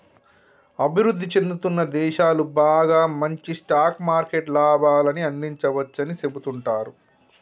అభివృద్ధి చెందుతున్న దేశాలు బాగా మంచి స్టాక్ మార్కెట్ లాభాన్ని అందించవచ్చని సెబుతుంటారు